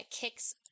kicks